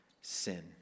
sin